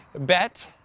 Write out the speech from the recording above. bet